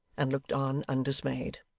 and looked on undismayed.